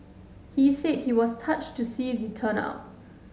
he said he was touched to see the turnout